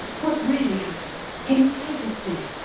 what really happened? can you take us there?